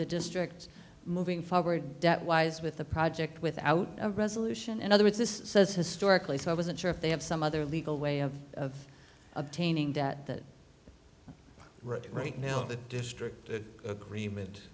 the district moving forward debt wise with the project without a resolution in other words this says historically so i wasn't sure if they have some other legal way of obtaining debt that right right now the district agreement